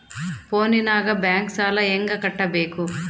ಫೋನಿನಾಗ ಬ್ಯಾಂಕ್ ಸಾಲ ಹೆಂಗ ಕಟ್ಟಬೇಕು?